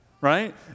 right